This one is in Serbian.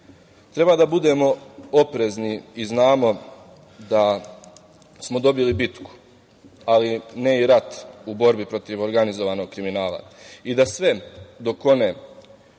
da budemo oprezni i znamo da smo dobili bitku, ali ne i rat u borbi protiv organizovanog kriminala i da sve dokone